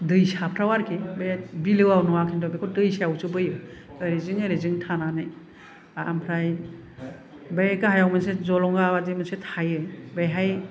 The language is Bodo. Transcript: दैसाफ्राव आरोखि बिलोआव नङा खिन्थु बेखौ दै सायावसो बोयो ओरै जिं ओरै जिं थानानै आमफ्राय बै गाहायाव मोनसे जलंगा बायदि मोनसे थायो बेहाय